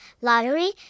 lottery